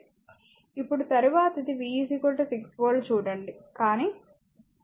ఇప్పుడు తరువాతది V 6 volt చూడండి కాని I 4 ఆంపియర్